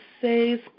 says